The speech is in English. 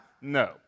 no